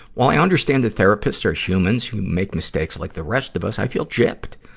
while i understand that therapists are humans who make mistakes like the rest of us, i feel gypped.